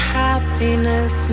happiness